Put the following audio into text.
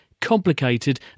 complicated